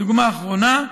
דוגמה אחרונה: